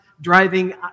driving